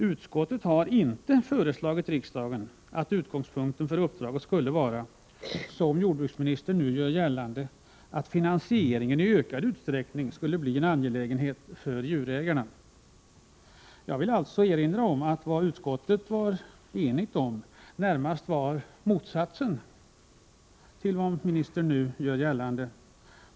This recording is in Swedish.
Utskottet har inte föreslagit riksdagen att utgångspunkten för uppdraget skulle vara, som jordbruksministern nu gör gällande, att finansieringen i ökad utsträckning skulle bli en angelägenhet för djurägarna. Jag vill alltså erinra om att vad utskottet var enigt om närmast var motsatsen till vad ministern nu gör gällande.